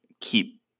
keep